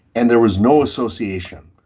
and there was no association.